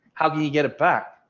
how can you get it back?